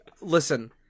listen